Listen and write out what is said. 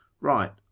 right